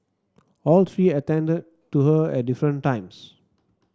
all three attended to her at different times